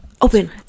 open